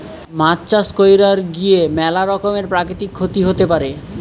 মাছ চাষ কইরার গিয়ে ম্যালা রকমের প্রাকৃতিক ক্ষতি হতে পারে